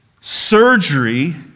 surgery